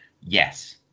yes